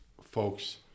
folks